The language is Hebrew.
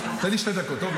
תן לי שתי דקות, טוב?